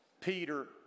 Peter